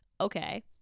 Okay